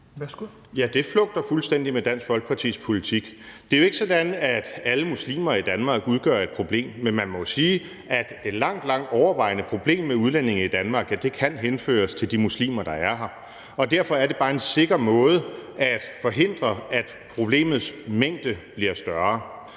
Ja, det flugter fuldstændig med Dansk Folkepartis politik. Det er jo ikke sådan, at alle muslimer i Danmark udgør et problem, men man må jo sige, at det langt, langt overvejende problem med udlændinge i Danmark kan henføres til de muslimer, der er her, og derfor er det bare en sikker måde at forhindre, at problemets omfang bliver større.